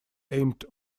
aimed